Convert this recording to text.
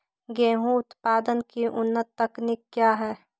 गेंहू उत्पादन की उन्नत तकनीक क्या है?